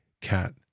cat